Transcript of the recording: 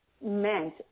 meant